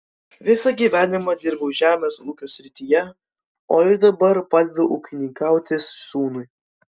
visą gyvenimą dirbau žemės ūkio srityje o ir dabar padedu ūkininkauti sūnui